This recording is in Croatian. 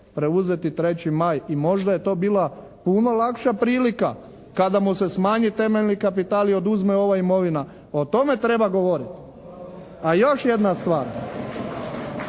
preuzeti 3. maj i možda je to bila puno lakša prilika kada mu se smanji temeljni kapital i oduzme ova imovina. O tome treba govoriti. A još jedna stvar,